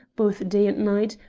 both day and night,